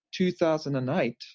2008